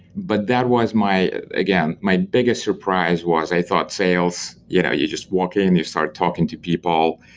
but that was my again, my biggest surprise was i thought sales, you know you just walk in, you start talking to people,